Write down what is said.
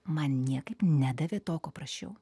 man niekaip nedavė to ko prašiau